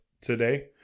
today